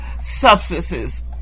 substances